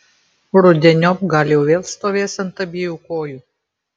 rudeniop gal jau vėl stovės ant abiejų kojų